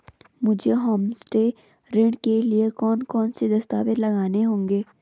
मुझे होमस्टे ऋण के लिए कौन कौनसे दस्तावेज़ लगाने होंगे?